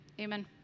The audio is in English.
Amen